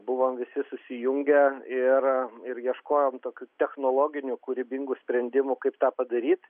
buvom visi susijungę ir ir ieškojom tokių technologinių kūrybingų sprendimų kaip tą padaryt